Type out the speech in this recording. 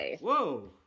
whoa